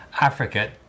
africa